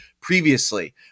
previously